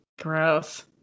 Gross